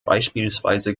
beispielsweise